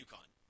UConn